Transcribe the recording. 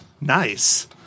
Nice